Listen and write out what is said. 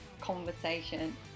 conversation